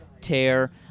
tear